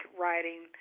writing